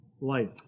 life